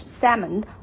Salmon